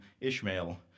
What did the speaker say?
Ishmael